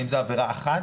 האם זה עבירה אחת?